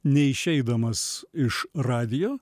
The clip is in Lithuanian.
neišeidamas iš radijo